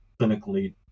clinically